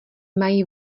mají